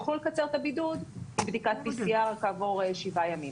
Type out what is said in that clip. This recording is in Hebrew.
בידוד הם יוכלו לקצר כשיבצעו בדיקת pcr כעבור שבעה ימים.